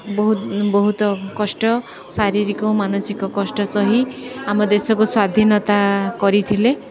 ବହୁତ ବହୁତ କଷ୍ଟ ଶାରୀରିକ ମାନସିକ କଷ୍ଟ ସହି ଆମ ଦେଶକୁ ସ୍ଵାଧୀନତା କରିଥିଲେ